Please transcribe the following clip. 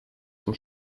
zum